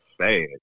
sad